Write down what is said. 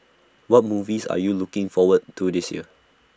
what movies are you looking forward to this year